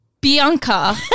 Bianca